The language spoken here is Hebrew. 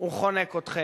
הוא חונק אתכם.